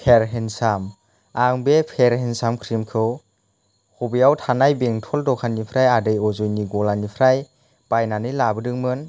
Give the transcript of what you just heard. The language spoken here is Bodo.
फेयार हेन्साम आं बे फेर हेन्साम क्रिमखौ हबेयाव थानाय बेंटल दखाननिफ्राय आदै अजयनि गलानिफ्राय बायनानै लाबोदोंमोन